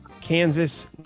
Kansas